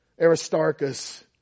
Aristarchus